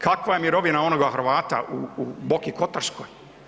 Kakva je mirovina onoga Hrvata u Boki Kotarskoj?